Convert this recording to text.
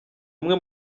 umwe